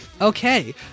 Okay